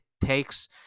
takes